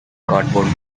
cardboard